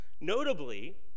Notably